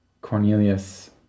Cornelius